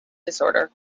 disorder